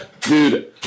Dude